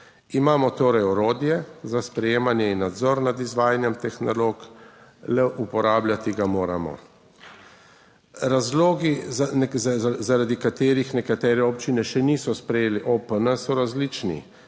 Imamo torej orodje za sprejemanje in nadzor nad izvajanjem teh nalog, le uporabljati ga moramo. Razlogi zaradi katerih nekatere občine še niso sprejeli OPN so različni,